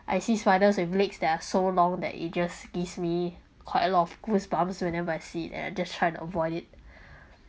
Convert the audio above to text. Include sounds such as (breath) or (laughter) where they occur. I see spiders with legs that are so long that it just gives me quite a lot of goosebumps whenever I see it and I just try to avoid it (breath)